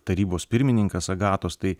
tarybos pirmininkas agatos tai